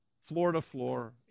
floor-to-floor